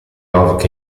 love